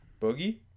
Boogie